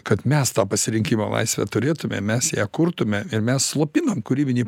kad mes tą pasirinkimo laisvę turėtume mes ją kurtume ir mes slopinam kūrybinį